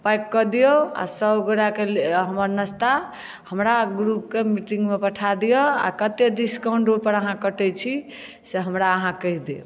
pack कऽ दियौ आ सब गोटा के हमर नास्ता हमरा ग्रुप के मीटिंग मे पठा दीअ आ कते डिस्काउंट ओहिपर अहाँ कटै छी से हमरा अहाँ कहि देब